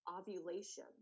ovulation